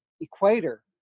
equator